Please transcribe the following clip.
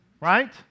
right